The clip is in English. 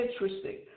interesting